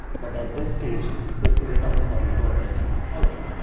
but at this stage this is enough for you to understand, alright,